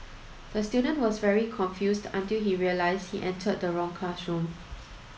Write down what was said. the student was very confused until he realised he entered the wrong classroom